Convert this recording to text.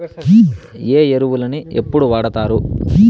ఏ ఎరువులని ఎప్పుడు వాడుతారు?